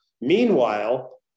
Meanwhile